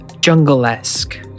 jungle-esque